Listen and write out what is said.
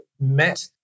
Met